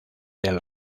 del